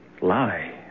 lie